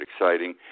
exciting